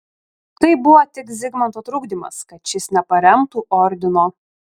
tai buvo tik zigmanto trukdymas kad šis neparemtų ordino